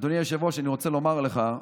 אדוני היושב-ראש, אני רוצה לומר לך,